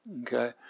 Okay